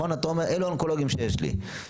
אלה האונקולוגים שיש לי.